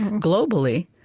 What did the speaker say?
and globally,